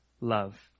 love